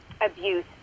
abuse